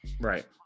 Right